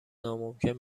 ناممکن